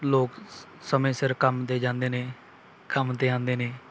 ਲੋਕ ਸ ਸਮੇਂ ਸਿਰ ਕੰਮ ਦੇ ਜਾਂਦੇ ਨੇ ਕੰਮ 'ਤੇ ਆਉਂਦੇ ਨੇ